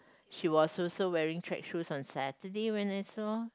she was also wearing track shoes on Saturday when I saw